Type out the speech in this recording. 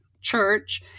church